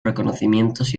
reconocimientos